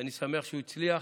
ואני שמח שהוא הצליח.